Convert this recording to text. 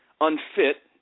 unfit